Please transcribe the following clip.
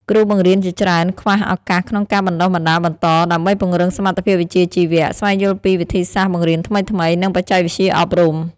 គ្រូបង្រៀនជាច្រើនខ្វះឱកាសក្នុងការបណ្តុះបណ្តាលបន្តដើម្បីពង្រឹងសមត្ថភាពវិជ្ជាជីវៈ ស្វែងយល់ពីវិធីសាស្ត្របង្រៀនថ្មីៗ និងបច្ចេកវិទ្យាអប់រំ។